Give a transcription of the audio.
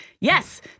yes